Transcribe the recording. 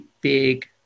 big